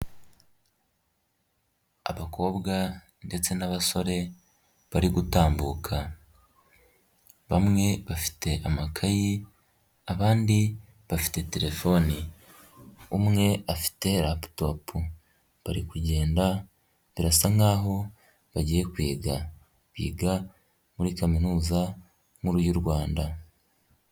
Abakobwa ndetse n'abasore bari gutambuka, bamwe bafite amakayi abandi bafite telefone, umwe afite laputopu bari kugenda birasa nk'aho bagiye kwiga, biga muri kaminuza nkuru y'u Rwanda.